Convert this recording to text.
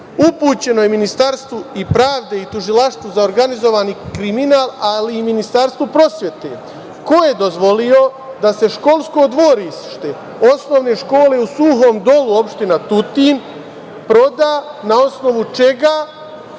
upućeno je Ministarstvu pravde i Tužilaštvu za organizovani kriminal, ali i Ministarstvu prosvete – ko je dozvolio da se školsko dvorište osnovne škole u Suvom Dolu, Opština Tutin, proda, na osnovu čega